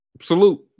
salute